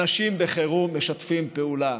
אנשים בחירום משתפים פעולה,